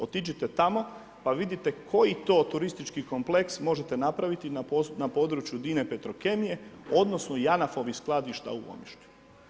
Otiđite tamo pa vidite koji to turistički kompleks možete napraviti na području Dine Petrokemije, odnosno Janaf-ovih skladišta u Omišlju.